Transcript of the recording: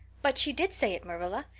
but she did say it, marilla.